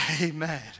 Amen